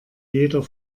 jeder